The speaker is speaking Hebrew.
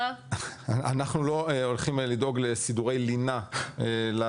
אנחנו לא הולכים לדאוג לסידורי לינה לחוגגים.